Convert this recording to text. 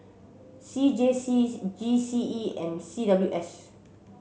C J C G C E and C W S